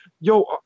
yo